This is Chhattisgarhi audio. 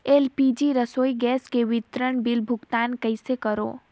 एल.पी.जी रसोई गैस के विवरण बिल भुगतान कइसे करों?